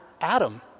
Adam